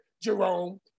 Jerome